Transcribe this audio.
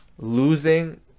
losing